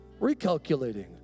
recalculating